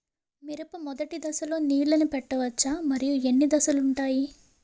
మిరప మొదటి దశలో నీళ్ళని పెట్టవచ్చా? మరియు ఎన్ని దశలు ఉంటాయి?